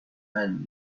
and